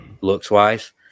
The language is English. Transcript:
looks-wise